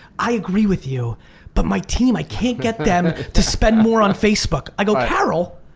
i agree with you but my team i can't get them to spend more on facebook. i go carol,